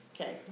Okay